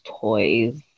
toys